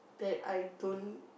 that I don't